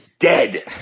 dead